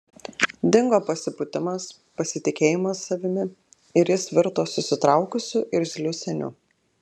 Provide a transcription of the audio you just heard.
dingo pasipūtimas pasitikėjimas savimi ir jis virto susitraukusiu irzliu seniu